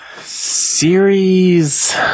Series